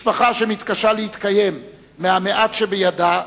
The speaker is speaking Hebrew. משפחה שמתקשה להתקיים מהמעט שבידה,